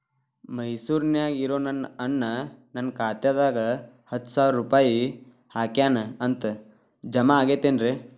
ಮೈಸೂರ್ ನ್ಯಾಗ್ ಇರೋ ನನ್ನ ಅಣ್ಣ ನನ್ನ ಖಾತೆದಾಗ್ ಹತ್ತು ಸಾವಿರ ರೂಪಾಯಿ ಹಾಕ್ಯಾನ್ ಅಂತ, ಜಮಾ ಆಗೈತೇನ್ರೇ?